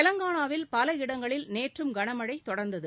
தெலுங்கானாவில் பல இடங்களில் நேற்றும் கனமழை தொடர்ந்தது